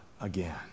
again